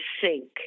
sink